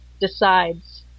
decides